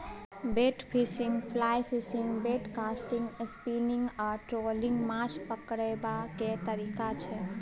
bait fishing, fly fishing, bait casting, spinning आ trolling माछ पकरबाक तरीका छै